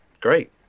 great